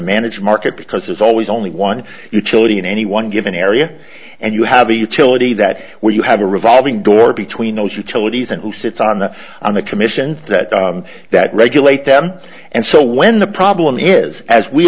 manage market because there's always only one utility in any one given area and you have a utility that where you have a revolving door between osha to what he's and who sits on the on the commissions that regulate them and so when the problem is as we